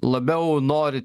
labiau nori